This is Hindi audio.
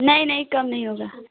नहीं नहीं कम नहीं होगा